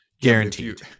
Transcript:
guaranteed